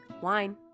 wine